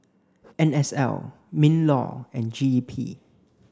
N S L MINLAW and G E P